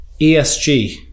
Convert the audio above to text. ESG